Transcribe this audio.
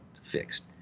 fixed